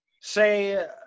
say –